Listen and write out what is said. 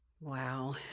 Wow